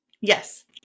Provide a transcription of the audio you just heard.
Yes